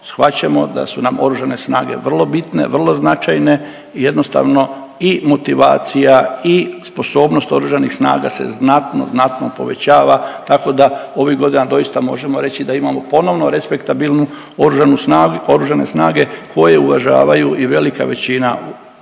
shvaćamo da su nam oružane snage vrlo bitne, vrlo značajne i jednostavno i motivacija i sposobnost oružanih snaga se znatno, znatno povećava. Tako da ovih godina doista možemo reći da imamo ponovno respektabilnu oružanu snagu, oružane snage koje uvažavaju i velika većina